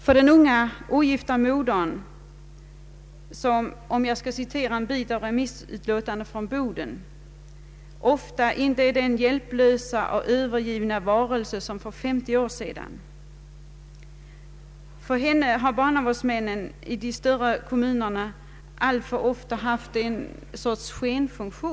För den unga ogifta modern som — om jag skall citera en del av remissutlåtandet från Bodens stad — ”ofta inte är den hjälplösa och övergivna varelse som för 50 år sedan” har barnavårdsmännen i de större kommunerna alltför ofta haft ett slags skenfunktion.